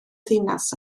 ddinas